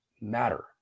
matter